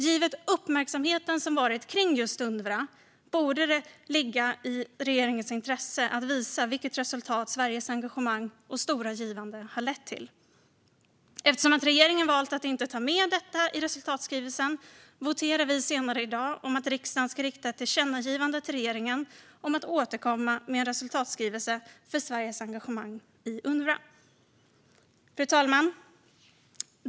Givet uppmärksamheten kring just Unrwa borde det ligga i regeringens intresse att visa vilket resultat Sveriges engagemang och stora givande har lett till. Eftersom regeringen har valt att inte ta med detta i resultatskrivelsen kommer vi senare i dag att votera om att riksdagen ska rikta ett tillkännagivande till regeringen om att återkomma med en resultatskrivelse för Sveriges engagemang i Unrwa. Fru talman!